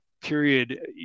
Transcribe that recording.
period